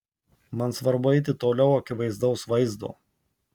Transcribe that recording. man svarbu eiti toliau akivaizdaus vaizdo